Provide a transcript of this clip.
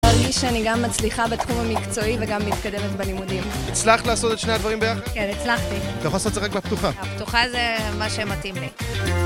אני מרגיש שאני גם מצליחה בתחום המקצועי וגם מתקדמת בלימודים הצלחת לעשות את שני הדברים ביחד? כן, הצלחתי אתה יכול לעשות את זה רק בפתוחה הפתוחה זה מה שמתאים לי